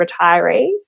retirees